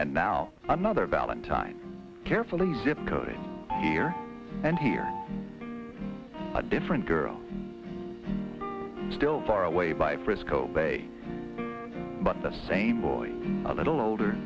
and now another valentine carefully zip code here and here a different girl still far away by frisco bay but the same boy a little older